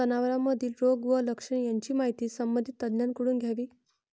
जनावरांमधील रोग व लक्षणे यांची माहिती संबंधित तज्ज्ञांकडून घ्यावी